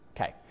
Okay